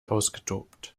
ausgetobt